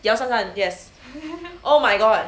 姚珊珊 yes oh my god